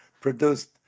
produced